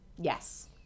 yes